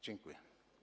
Dziękuję.